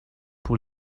pour